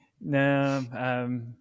no